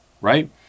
right